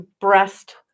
breast